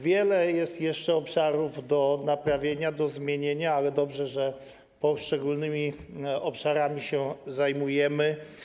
Wiele jest jeszcze obszarów do naprawienia, do zmienienia, ale dobrze, że poszczególnymi obszarami się zajmujemy.